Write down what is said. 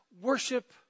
worship